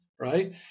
right